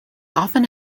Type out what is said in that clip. often